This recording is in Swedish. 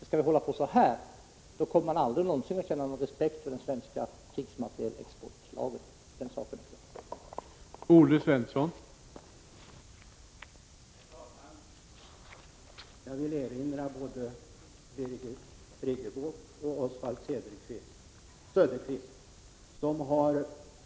Skall vi hålla på så här, kommer man aldrig någonsin att känna respekt för den svenska krigsmaterielexportlagen. Den saken är klar.